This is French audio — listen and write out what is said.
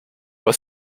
pas